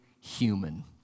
human